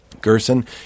Gerson